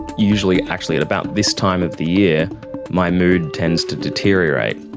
usually actually at about this time of the year my mood tends to deteriorate,